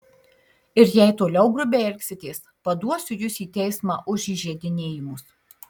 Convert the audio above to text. ir jei toliau grubiai elgsitės paduosiu jus į teismą už įžeidinėjimus